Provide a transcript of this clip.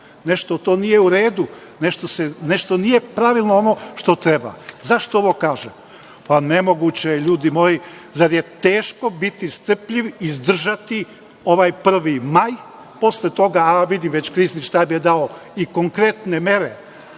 Nešto to nije u redu. Nešto nije pravilno ono što treba.Zašto ovo kažem? Pa, nemoguće je, ljudi moji. Zar je teško biti strpljiv i izdržati ovaj 1. maj. Posle toga, a vidim već Krizni štab je dao i konkretne mere,